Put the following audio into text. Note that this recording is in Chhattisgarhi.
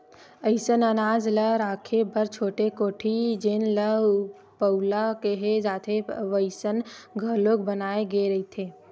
असइन अनाज ल राखे बर छोटे कोठी जेन ल पउला केहे जाथे वइसन घलोक बनाए गे रहिथे